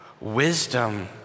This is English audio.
Wisdom